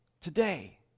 today